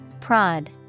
Prod